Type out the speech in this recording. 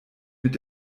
mit